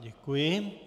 Děkuji.